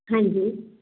ਹਾਂਜੀ